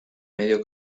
medio